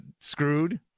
screwed